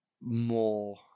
more